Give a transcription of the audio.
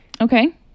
Okay